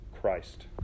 Christ